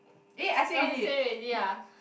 oh say already ah